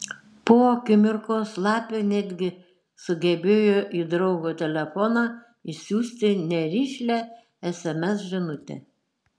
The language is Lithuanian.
po akimirkos lapė netgi sugebėjo į draugo telefoną išsiųsti nerišlią sms žinutę